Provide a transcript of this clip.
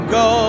go